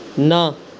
ਨਾ